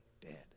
dead